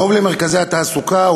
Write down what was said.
קרוב למרכזי התעסוקה,